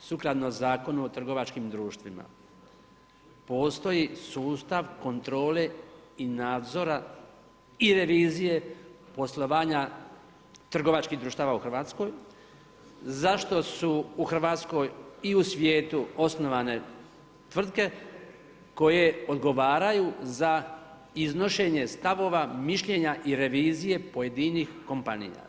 sukladno Zakonu o trgovačkim društvima postoji sustav kontrole i nadzora i revizije poslovanje trgovačkih društva u RH zašto su u RH i u svijetu osnovane tvrtke koje odgovaraju za iznošenje stavova, mišljenja i revizije pojedinih kompanija.